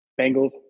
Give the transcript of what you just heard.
Bengals